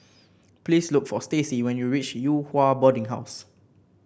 please look for Stacey when you reach Yew Hua Boarding House